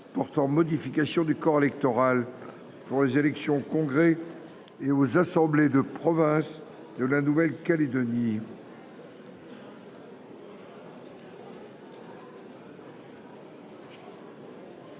portant modification du corps électoral pour les élections au congrès et aux assemblées de province de la Nouvelle Calédonie.